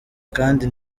kandi